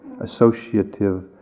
associative